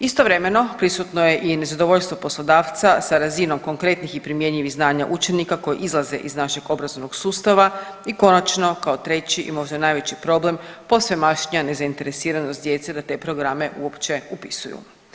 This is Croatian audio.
Istovremeno, prisutno je i nezadovoljstvo poslodavca sa razinom konkretnih i primjenjivih znanja učenika koji izlaze iz našeg obrazovnog sustava i konačno, kao treći i možda najveći problem, posvemašnja nezainteresiranost djece da te programe uopće upisuju.